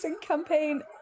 Campaign